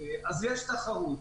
אז יש תחרות.